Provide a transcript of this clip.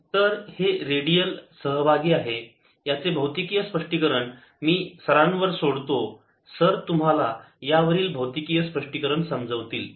E 0nαR2 S ER0 0n22 I0αtr तर हे radial सहभागी आहे याचे भौतिकीय स्पष्टीकरण मी सरांवर सोडतो सर तुम्हाला यावरील भौतिकीय स्पष्टीकरण समजवतील